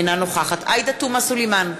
אינה נוכחת עאידה תומא סלימאן,